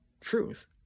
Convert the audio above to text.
truth